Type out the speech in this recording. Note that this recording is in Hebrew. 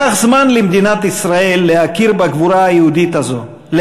לקח זמן למדינת ישראל להכיר בגבורה היהודית הזו,